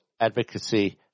Advocacy